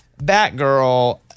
Batgirl